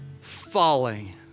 falling